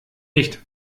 nicht